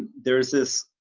there is this,